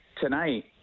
tonight